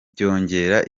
byongera